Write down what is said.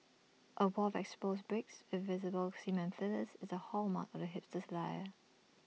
A wall of exposed bricks with visible cement fillers is the hallmark of the hipster's lair